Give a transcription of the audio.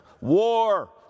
War